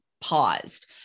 paused